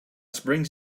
springs